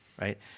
right